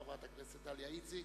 חברת הכנסת דליה איציק,